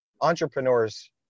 Entrepreneurs